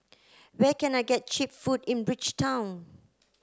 where can I get cheap food in Bridgetown